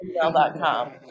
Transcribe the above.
gmail.com